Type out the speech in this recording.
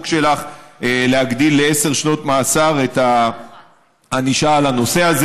שלך להגדיל לעשר שנות מאסר את הענישה על הנושא הזה.